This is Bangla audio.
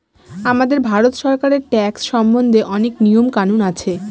আমাদের ভারত সরকারের ট্যাক্স সম্বন্ধে অনেক নিয়ম কানুন আছে